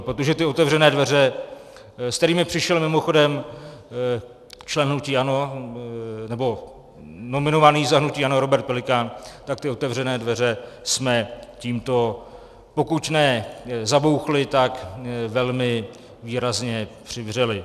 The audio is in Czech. Protože ty otevřené dveře, s kterými přišel mimochodem člen hnutí ANO, nebo nominovaný za hnutí ANO, Robert Pelikán, tak ty otevřené dveře jsme tímto pokud ne zabouchli, tak velmi výrazně přivřeli.